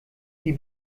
sie